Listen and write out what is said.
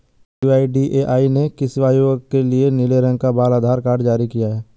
UIDAI ने किस आयु वर्ग के लिए नीले रंग का बाल आधार कार्ड जारी किया है?